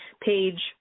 page